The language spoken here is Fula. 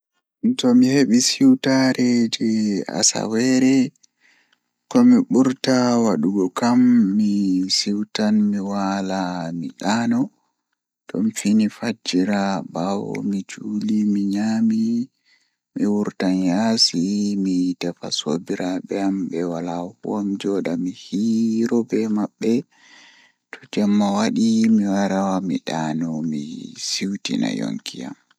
Tomi hebi siwtaare jei asaweerekomi burtaa wadugo kam mi siwtan mi waala mi daanotomi fini fajjira baawo mi juuliu mi nyaami mi wurtan yaasi mi tefa sobiraabe am be wara ko mi jooda mi hiira be mabbe to jemma wadi mi warta mi daano mi siwtina yonki am.